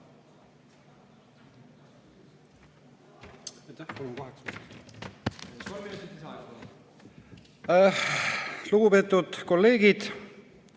Lugupeetud kolleegid!